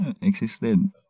existed